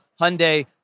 Hyundai